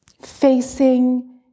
Facing